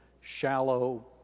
shallow